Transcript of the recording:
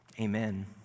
amen